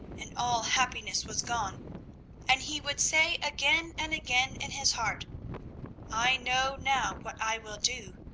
and all happiness was gone and he would say again and again in his heart i know now what i will do,